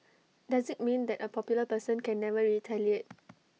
does IT mean that A popular person can never retaliate